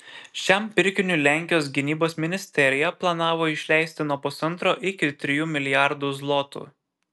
šiam pirkiniui lenkijos gynybos ministerija planavo išleisti nuo pusantro iki trijų milijardų zlotų